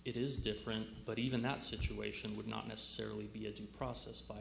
it is different but even that situation would not necessarily be a due process